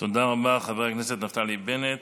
תודה רבה, חבר הכנסת נפתלי בנט.